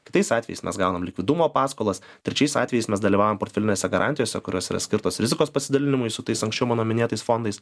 kitais atvejais mes gaunam likvidumo paskolas trečiais atvejais mes dalyvaujam portfelinėse garantijose kurios yra skirtos rizikos pasidalinimui su tais anksčiau mano minėtais fondais